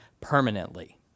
permanently